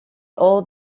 old